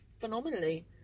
Phenomenally